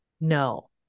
No